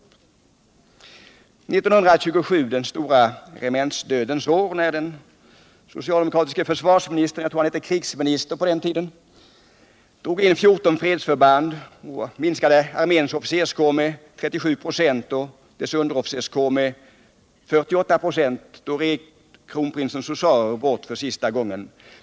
År 1927, den stora regementsdödens år, när den socialdemokratiske försvarsministern — jag tror han kallades krigsminister på den tiden — drog in 14 fredsförband och minskade arméns officerskår med 37 96 och dess underofficerskår med 48 96, då red kronprinsens husarer bort för sista gången.